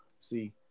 See